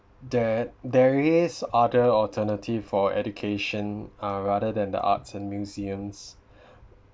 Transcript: the there is other alternative for education uh rather than the arts and museums